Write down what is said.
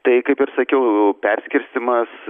tai kaip ir sakiau perskirstymas